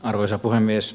arvoisa puhemies